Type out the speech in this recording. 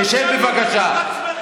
תשב, בבקשה.